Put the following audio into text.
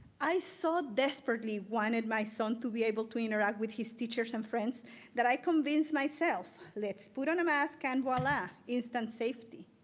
i so desperately wanted my son to be able to interact with his teachers and friends that i convinced myself, let's put on a mask and voila, instant safety,